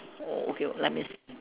oh okay let me s~